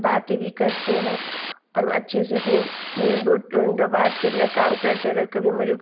बातें भी करते हम और अच्छे से अपने मिल बूट बाँट के अपना काम करते अगर कभी मेरे को